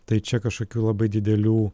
tai čia kažkokių labai didelių